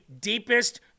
deepest